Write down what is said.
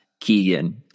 keegan